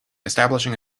establishing